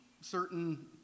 certain